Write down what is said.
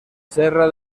serra